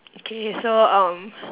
okay so um